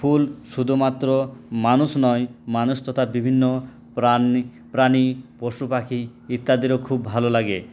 ফুল শুধুমাত্র মানুষ নয় মানুষ তথা বিভিন্ন প্রাণী পশু পাখি ইত্যাদিরও খুব ভালো লাগে